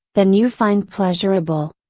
than you find pleasurable.